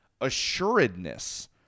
assuredness